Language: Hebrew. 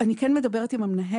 אני כן מדברת עם המנהלת,